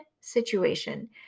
situation